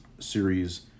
series